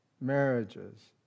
marriages